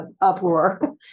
uproar